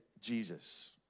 Jesus